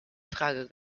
frage